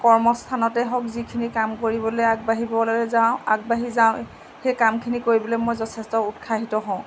কৰ্মস্থানতে হওক যিখিনি কাম কৰিবলৈ আগবাঢ়িবলৈ যাওঁ আগবাঢ়ি যাওঁ সেই কামখিনি কৰিবলৈ মই যথেষ্ট উৎসাহিত হওঁ